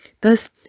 Thus